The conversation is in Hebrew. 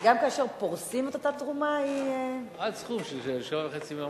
גם כאשר פורסים את אותה תרומה היא, עד 7.5 מיליון.